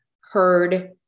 heard